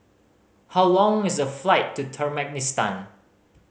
how long is the flight to Turkmenistan